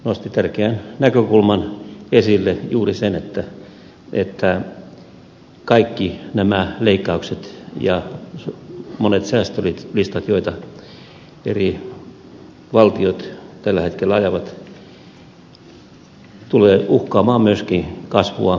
oinonen nosti tärkeän näkökulman esille juuri sen että kaikki nämä leikkaukset ja monet säästölistat joita eri valtiot tällä hetkellä ajavat tulevat uhkaamaan kasvua euroopassa